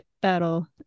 battle